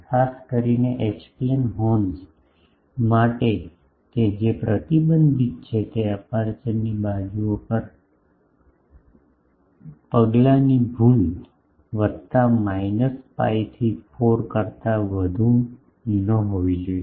ખાસ કરીને H plane horns માટે કે જે પ્રતિબંધ છે તે અપેરચ્યોરની બાજુઓ પર પગલાની ભૂલ વત્તા માઇનસ pi થી 4 કરતા વધુ ન હોવી જોઈએ